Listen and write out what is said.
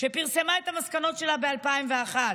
שפרסמה את המסקנות שלה ב-2001.